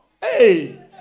Hey